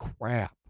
crap